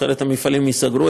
אחרת המפעלים ייסגרו,